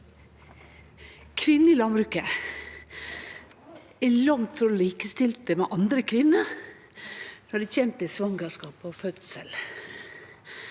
«Kvinner i landbruket er langt frå likestilte med andre kvinner når det gjeld svangerskap og fødsel.